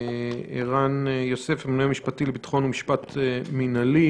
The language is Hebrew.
ערן יוסף, ממונה משפטי לביטחון ומשפט מנהלי,